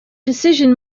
decision